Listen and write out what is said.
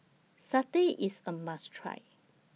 Satay IS A must Try